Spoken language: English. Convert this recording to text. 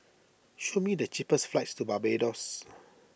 show me the cheapest flights to Barbados